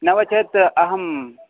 नव चेत् अहं